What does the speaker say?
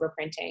overprinting